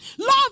Love